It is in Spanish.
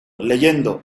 leyendo